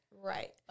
Right